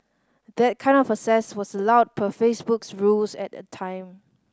that kind of access was allowed per Facebook's rules at the time